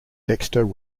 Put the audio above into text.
dexter